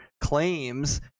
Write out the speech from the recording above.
claims